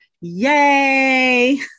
Yay